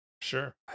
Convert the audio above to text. Sure